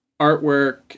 artwork